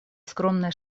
скромные